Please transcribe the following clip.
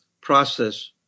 process